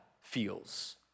feels